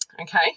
Okay